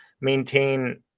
maintain